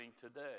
today